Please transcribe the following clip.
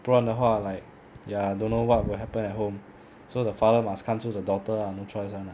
不然的话 like ya don't know what will happen at home so the father must 看住 the daughter lah no choice lah